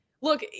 look